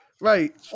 Right